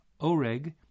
oreg